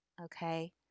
okay